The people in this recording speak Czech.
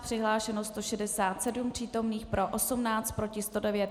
Přihlášeno 167 přítomných, pro 18, proti 109.